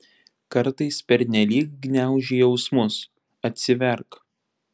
kartais pernelyg gniauži jausmus atsiverk